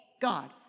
God